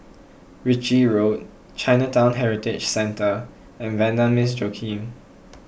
Ritchie Road Chinatown Heritage Centre and Vanda Miss Joaquim